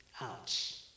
Ouch